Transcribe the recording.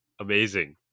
amazing